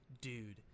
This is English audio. dude